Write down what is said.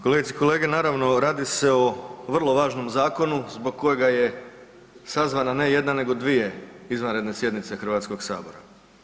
Kolegice i kolege, naravno radi se o vrlo važnom zakonu zbog kojega je sazvana ne jedna nego dvije izvanredne sjednice Hrvatskog sabora.